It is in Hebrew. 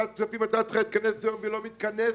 ועדת שרים הייתה צריכה להתכנס ולא מתכנסת.